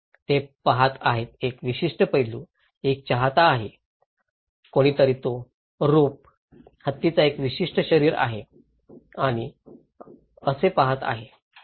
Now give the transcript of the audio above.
ते पहात आहेत एक विशिष्ट पैलू एक चाहता आहे कोणीतरी तो रोप हत्तीचा एक विशिष्ट शरीर आहे असे पाहत आहे